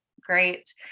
great